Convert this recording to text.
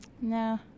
No